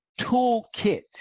toolkit